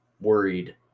worried